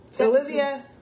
Olivia